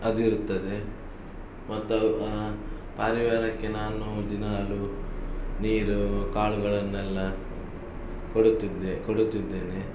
ಅದು ಇರುತ್ತದೆ ಮತ್ತು ಅವು ಪಾರಿವಾಳಕ್ಕೆ ನಾನು ದಿನಾಲೂ ನೀರು ಕಾಳುಗಳನ್ನೆಲ್ಲ ಕೊಡುತ್ತಿದ್ದೆ ಕೊಡುತ್ತಿದ್ದೇನೆ